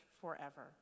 forever